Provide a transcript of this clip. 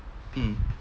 mm